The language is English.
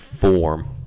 form